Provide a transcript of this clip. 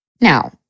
Now